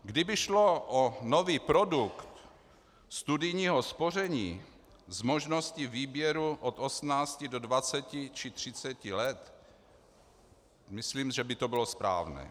Kdyby šlo o nový produkt studijního spoření s možností výběru od 18 do 20 či 30 let, myslím, že by to bylo správné.